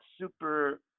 super